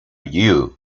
you